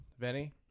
Venny